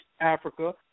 Africa